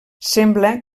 sembla